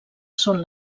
són